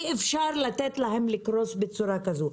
אי אפשר לתת להם לקרוס בצורה כזו.